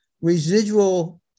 residual